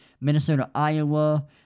Minnesota-Iowa